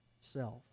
self